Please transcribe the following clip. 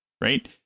right